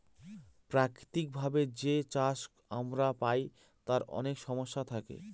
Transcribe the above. প্রাকৃতিক ভাবে যে চাষ আমরা পায় তার অনেক সমস্যা থাকে